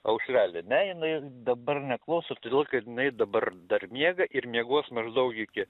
aušrelė ne jinai ir dabar neklauso todėl kad jinai dabar dar miega ir miegos maždaug iki